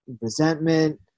resentment